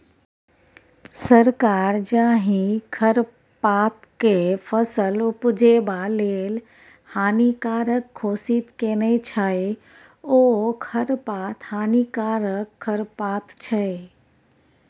सरकार जाहि खरपातकेँ फसल उपजेबा लेल हानिकारक घोषित केने छै ओ खरपात हानिकारक खरपात छै